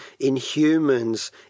Inhumans